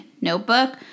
notebook